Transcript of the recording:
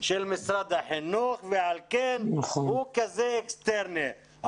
של משרד החינוך ועל כן הוא כזה אקסטרני,